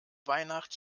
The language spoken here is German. weihnacht